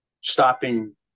stopping